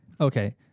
Okay